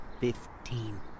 Fifteen